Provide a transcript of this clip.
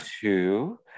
two